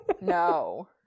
No